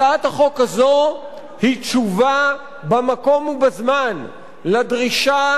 הצעת החוק הזאת היא תשובה במקום ובזמן לדרישה